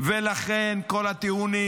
ולכן כל הטיעונים,